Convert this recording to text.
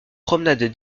promenade